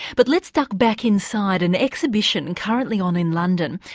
but let's duck back inside an exhibition and currently on in london,